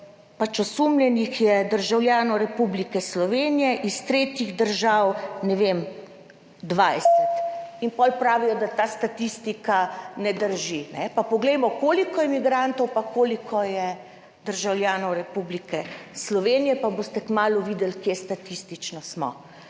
pač osumljenih je državljanov Republike Slovenije iz tretjih držav, ne vem, 20. In potem pravijo, da ta statistika ne drži. Pa poglejmo koliko je migrantov, pa koliko je državljanov Republike Slovenije, pa boste kmalu videli kje statistično smo.